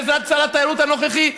בעזרת שר התיירות הנוכחי,